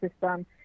system